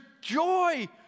joy